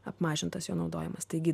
apmažintas jo naudojimas taigi